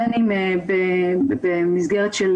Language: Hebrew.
בין אם במסגרת של